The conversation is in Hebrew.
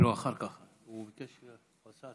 לאחר מכן אופיר סופר.